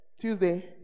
Tuesday